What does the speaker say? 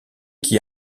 qui